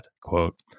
quote